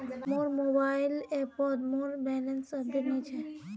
मोर मोबाइल ऐपोत मोर बैलेंस अपडेट नि छे